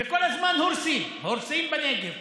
וכל הזמן הורסים, הורסים בנגב.